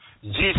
Jesus